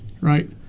right